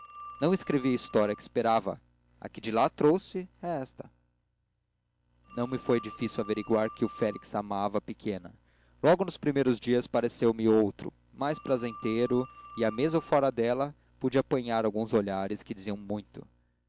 não escrevi a história que esperava a que de lá trouxe é esta não me foi difícil averiguar que o félix amava a pequena logo nos primeiros dias pareceu-me outro mais prazenteiro e à mesa ou fora dela pude apanhar alguns olhares que diziam muito